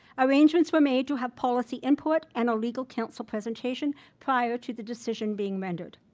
arrangements were made to have policy input and a legal council presentation prior to the decision being rendered.